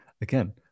again